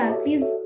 please